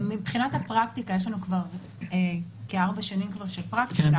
מבחינת הפרקטיקה יש לנו כבר כארבע שנים של פרקטיקה,